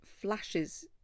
flashes